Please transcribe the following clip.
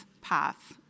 path